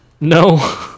No